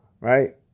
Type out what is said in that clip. right